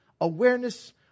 awareness